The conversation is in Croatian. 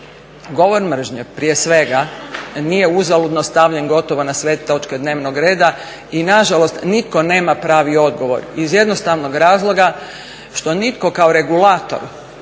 govor mržnje prije svega nije uzaludno stavljen gotovo na sve točke dnevnog reda i nažalost nitko nema pravi odgovor iz jednostavnog razloga što nitko kao regulator